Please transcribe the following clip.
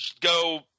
go